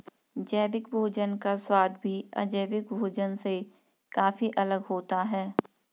जैविक भोजन का स्वाद भी अजैविक भोजन से काफी अलग होता है